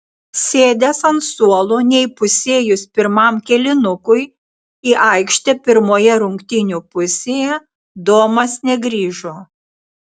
sėdęs ant suolo neįpusėjus pirmam kėlinukui į aikštę pirmoje rungtynių pusėje domas negrįžo